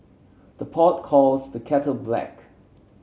the pot calls the kettle black